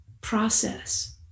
process